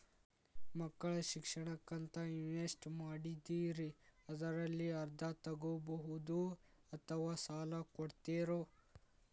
ಮಕ್ಕಳ ಶಿಕ್ಷಣಕ್ಕಂತ ಇನ್ವೆಸ್ಟ್ ಮಾಡಿದ್ದಿರಿ ಅದರಲ್ಲಿ ಅರ್ಧ ತೊಗೋಬಹುದೊ ಅಥವಾ ಸಾಲ ಕೊಡ್ತೇರೊ?